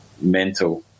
mental